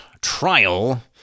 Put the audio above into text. trial